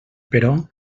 però